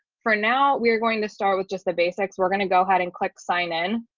for now we're going to start with just the basics, we're going to go ahead and click sign in.